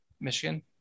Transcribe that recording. Michigan